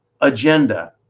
agenda